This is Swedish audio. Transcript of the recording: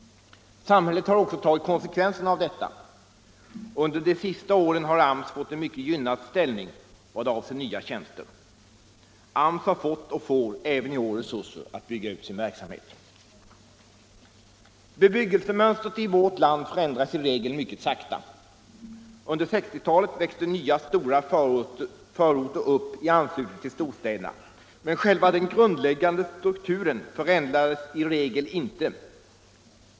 Samhället har också tagit konsekvenserna av detta. Under de senaste åren har AMS fått en mycket gynnad ställning vad avser nya tjänster. AMS har fått och får även i år resurser att bygga ut sin verksamhet. Bebyggelsemönstret i vårt land förändras i regel mycket sakta. Under 1960-talet växte nya stora förorter upp i anslutning till storstäderna, men själva den grundläggande strukturen förändrades i regel inte.